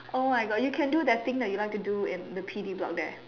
oh my God you can do that thing you like to do in the P_D block there